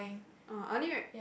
uh I only re~